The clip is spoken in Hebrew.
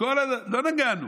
לא נגענו.